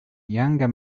younger